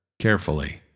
carefully